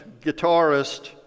guitarist